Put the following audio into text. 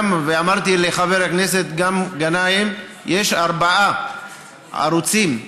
ואמרתי גם לחבר הכנסת גנאים: יש ארבעה ערוצים ייעודיים,